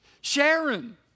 Sharon